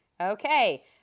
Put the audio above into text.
Okay